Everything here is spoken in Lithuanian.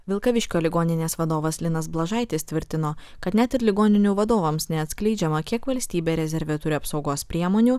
vilkaviškio ligoninės vadovas linas blažaitis tvirtino kad net ir ligoninių vadovams neatskleidžiama kiek valstybė rezerve turi apsaugos priemonių